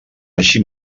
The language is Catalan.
així